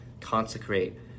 consecrate